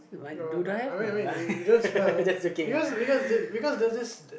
no no no I mean I mean you just smell because because because there's this